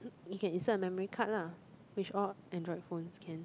you can insert a memory card lah which all Andriod phones can